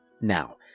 Now